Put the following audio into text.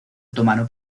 otomano